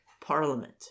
Parliament